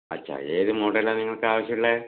ആ വെച്ചാൽ ഏത് മോഡലാണ് നിങ്ങൾക്ക് അവശ്യമുള്ളത്